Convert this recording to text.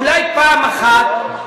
אולי פעם אחת.